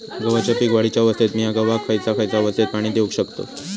गव्हाच्या पीक वाढीच्या अवस्थेत मिया गव्हाक खैयचा खैयचा अवस्थेत पाणी देउक शकताव?